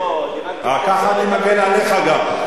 לא, אני רק, ככה אני מגן עליך גם.